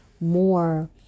more